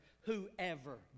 whoever